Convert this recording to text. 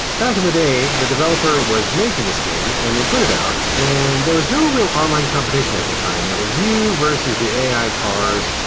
back in the day, the developer was making this game and they put it out, and there was no real online competition at that time. it was you versus the ai cars.